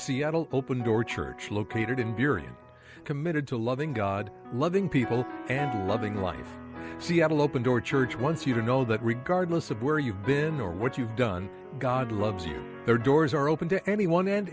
seattle open door church located in derian committed to loving god loving people and loving life seattle open door church once you know that regardless of where you've been or what you've done god loves their doors are open to anyone and